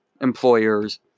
employers